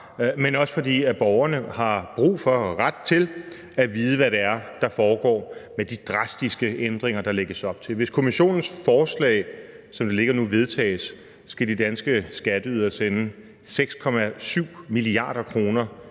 dels fordi borgerne har brug for og ret til at vide, hvad det er, der foregår med de drastiske ændringer, der lægges op til. Hvis Kommissionens forslag, som det ligger nu, vedtages, skal de danske skatteydere sende 6,7 mia. kr.